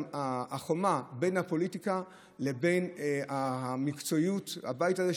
היא החומה בין הפוליטיקה לבין המקצועיות; בין הבית הזה,